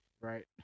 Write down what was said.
right